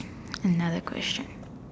another question